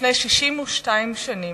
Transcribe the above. לפני 62 שנים,